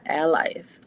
allies